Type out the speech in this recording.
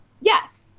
Yes